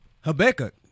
Habakkuk